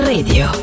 Radio